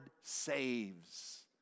saves